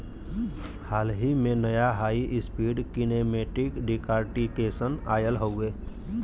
हाल ही में, नया हाई स्पीड कीनेमेटिक डिकॉर्टिकेशन आयल हउवे